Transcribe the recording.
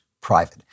private